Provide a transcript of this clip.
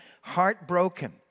heartbroken